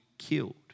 killed